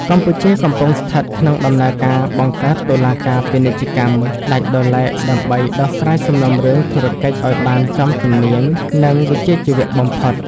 កម្ពុជាកំពុងស្ថិតក្នុងដំណើរការបង្កើត "តុលាការពាណិជ្ជកម្ម" ដាច់ដោយឡែក ដើម្បីដោះស្រាយសំណុំរឿងធុរកិច្ចឱ្យបានចំជំនាញ និងវិជ្ជាជីវៈបំផុត។